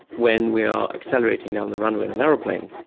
when we are accelerating down the runway in an aeroplane,